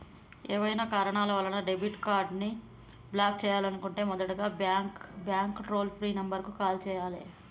ఏవైనా కారణాల వలన డెబిట్ కార్డ్ని బ్లాక్ చేయాలనుకుంటే మొదటగా బ్యాంక్ టోల్ ఫ్రీ నెంబర్ కు కాల్ చేయాలే